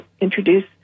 introduce